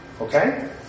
Okay